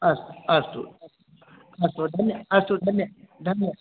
अस् अस्तु अस्तु धन्य अस्तु धन्य धन्य